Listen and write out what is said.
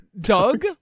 Doug